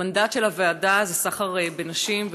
המנדט של הוועדה הוא סחר בנשים,